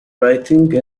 writing